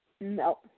No